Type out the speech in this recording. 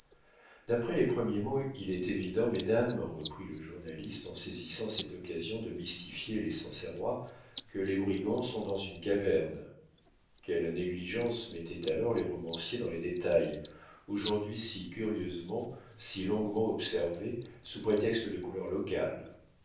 d'après les premiers mots il est évident mesdames reprit le journaliste en saisissant cette occasion de mystifier les sancerrois que les brigands sont dans une caverne quelle négligence mettaient alors les romanciers dans les détails aujourd'hui si curieusement si longuement observés sous prétexte de couleur locale